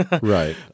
Right